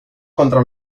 contra